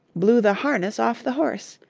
blew the harness off the horse.